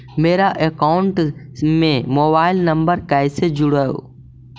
मेरा अकाउंटस में mobile number कैसे जुड़उ?